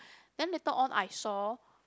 then later on I saw